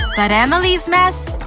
but emily's mess,